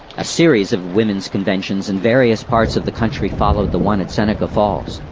a series of women's conventions in various parts of the country followed the one at seneca falls.